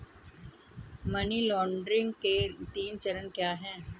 Money laundering के तीन चरण क्या हैं?